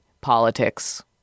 politics